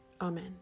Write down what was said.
amen